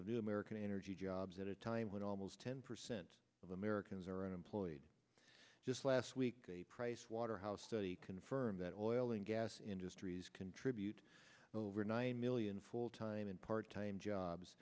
new american energy jobs at a time when almost ten percent of americans are unemployed just last week a pricewaterhouse study confirmed that oil and gas industries contribute over nine million full time and part time jobs